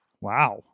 Wow